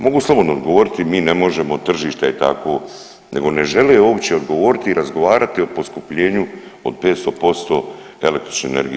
Mogu slobodno odgovoriti mi ne možemo, tržište je takvo, nego ne žele uopće odgovoriti i razgovarati o poskupljenju od 500% električne energije.